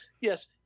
Yes